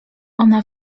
ona